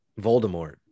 Voldemort